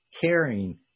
caring